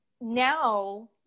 now